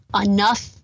enough